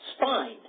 Spine